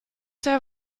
der